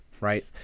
right